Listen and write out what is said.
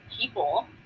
people